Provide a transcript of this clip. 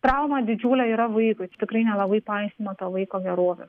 trauma didžiulė yra vaikui tikrai nelabai paisoma to vaiko gerovės